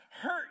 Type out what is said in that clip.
hurt